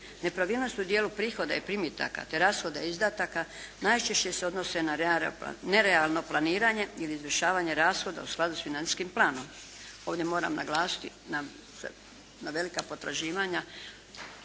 Nepravilnost u dijelu prihoda i primitaka, te rashoda i izdataka najčešće se odnose na nerealno planiranje ili izvršavanje rashoda u skladu sa financijskim planom. Ovdje moram naglasiti na velika potraživanja